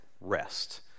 rest